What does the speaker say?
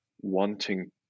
wanting